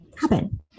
happen